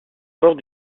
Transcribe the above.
mort